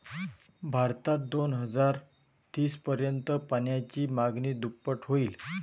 भारतात दोन हजार तीस पर्यंत पाण्याची मागणी दुप्पट होईल